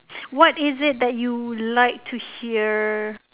what is it that you like to hear